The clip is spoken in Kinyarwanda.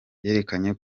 yerekanye